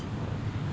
oh